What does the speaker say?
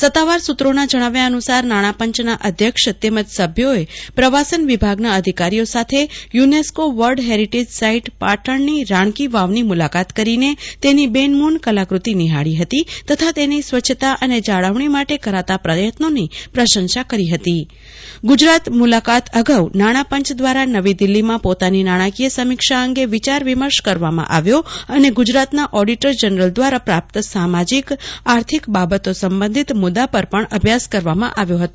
સત્તાવાર સૂત્રોના જણાવ્યા અનુસાર નાણાંપંચના અધ્યક્ષ તેમજ સભ્યો પ્રવાસન વિભાગના અધિકારીઓ સાથે યુનેસ્કો વર્લ્ડ હેરિટેજ સાઇટ પાટણની રાણીની વાવની મુલાકાત કરીને તેની બેનમૂન કલાકૃતિ નિહાળી હતી તથા તેની સ્વચ્છતા અને જાળવણી માટે કરાતા પ્રયત્નોની પ્રશંસા કરી હતી ગુજરાત મુલાકાત અગાઉ નાણા પંચ દ્વારા નવી દિલ્હીમાં પોતાની નાણાકીય સમીક્ષા અંગે વિચાર વિમર્શ કરવામાં આવ્યો અને ગુજરાતના ઓડિટર જનરલ દ્વારા પ્રાપ્ત સામાજિક આર્થિક બાબતો સંબંધિત મુદ્દા પર અભ્યાસ કરવામાં આવ્યો હતો